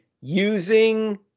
using